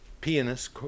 pianist